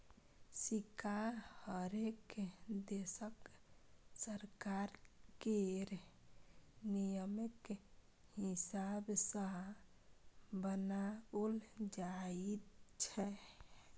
सिक्का हरेक देशक सरकार केर नियमकेँ हिसाब सँ बनाओल जाइत छै